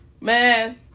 man